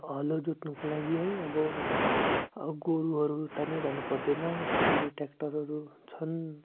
हलो जोत्नुको लागि है अब अब गोरुहरू तानिरहनु पर्दैन है अहिले ट्र्याक्टरहरू छन्